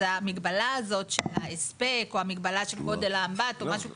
אז המגבלה הזאת של ההספק או המגבלה של גודל האמבט או משהו כזה,